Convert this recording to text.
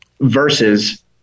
versus